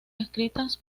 escritas